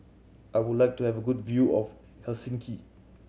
I would like to have a good view of Helsinki